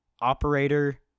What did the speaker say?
operator